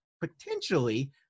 potentially